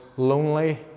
lonely